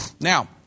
Now